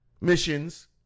missions